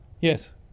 yes